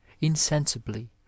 insensibly